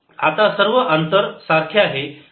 आता सर्व अंतर सारखे आहे